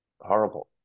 horrible